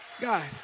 God